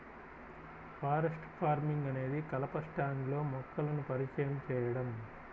forest farming అనేది కలప స్టాండ్లో మొక్కలను పరిచయం చేయడం